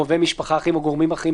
על משכן הכנסת, אם אני זוכר נכון.